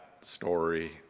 story